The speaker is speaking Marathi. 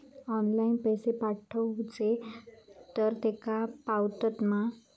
ऑनलाइन पैसे पाठवचे तर तेका पावतत मा?